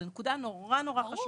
זו נקודה מאוד חשובה.